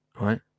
right